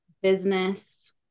business